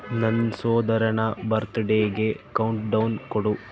ನನ್ನ ಸೋದರನ ಬರ್ತ್ಡೆಗೆ ಕೌಂಟ್ ಡೌನ್ ಕೊಡು